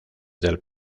del